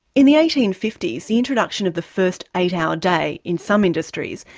in the eighteen fifty s, the introduction of the first eight hour day in some industries,